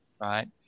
right